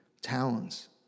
towns